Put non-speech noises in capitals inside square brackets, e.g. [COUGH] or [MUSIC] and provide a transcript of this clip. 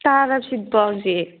[UNINTELLIGIBLE]